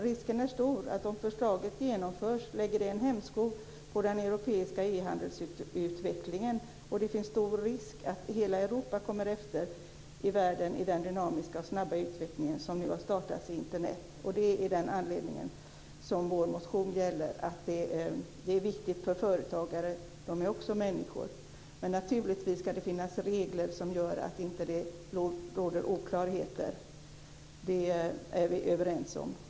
Risken är stor att om förslaget genomförs lägger det en hämsko på den europeiska handelsutvecklingen, och det finns stor risk för att hela Europa kommer efter i världen i den dynamiska och snabba utveckling som nu har startat med Internet. Det är av den anledningen som vi har en motion om att detta är viktigt för företagare - de är också människor. Men det ska naturligtvis finnas regler som gör att det inte råder oklarheter. Det är vi överens om.